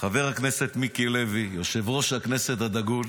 חבר הכנסת מיקי לוי, יושב-ראש הכנסת הדגול,